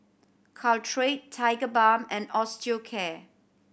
Caltrate Tigerbalm and Osteocare